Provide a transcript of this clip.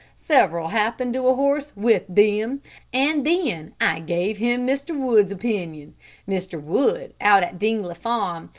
several happened to a horse with them and then i gave him mr. wood's opinion mr. wood out at dingley farm.